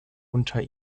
unter